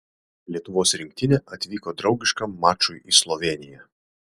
lietuvos rinktinė atvyko draugiškam mačui į slovėniją